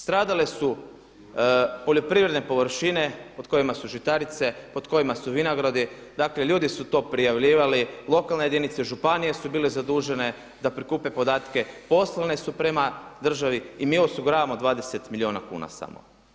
Stradale su poljoprivredne površine pod kojima su žitarice, pod kojima su vinogradi, dakle ljudi su to prijavljivali, lokalne jedinice, županije su bile zadužene da prikupe podatke, poslane su prema državi i mi osiguravamo 20 milijuna kuna samo.